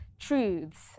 truths